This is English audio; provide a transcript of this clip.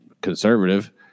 conservative